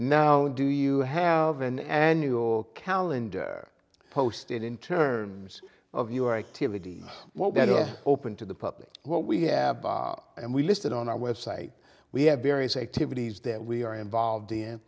now do you have an annual calendar posted in terms of your activity what is open to the public what we have and we listed on our website we have various activities that we are involved in